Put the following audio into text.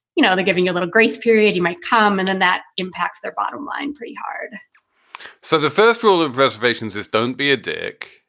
you know, they're giving you a little grace period. you might come in and that impacts their bottom line pretty hard so the first rule of reservations is don't be a dick.